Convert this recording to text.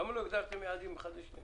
למה לא הגדרתם יעדים חדשים?